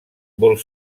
vol